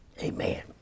Amen